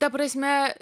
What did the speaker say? ta prasme